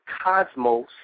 cosmos